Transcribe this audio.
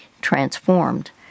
transformed